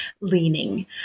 leaning